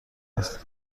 است